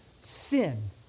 sin